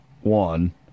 one